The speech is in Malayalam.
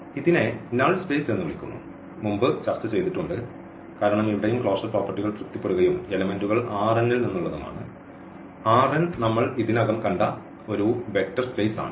ഇതിനെ നൾ സ്പേസ് എന്ന് വിളിക്കുന്നു മുമ്പ് ചർച്ചചെയ്തിട്ടുണ്ട് കാരണം ഇവിടെയും ക്ലോഷർ പ്രോപ്പർട്ടികൾ തൃപ്തിപ്പെടുകയും എലെമെന്റുകൾ ൽ നിന്നുള്ളതുമാണ് നമ്മൾ ഇതിനകം കണ്ട ഒരു വെക്റ്റർ സ്പേസ് ആണ്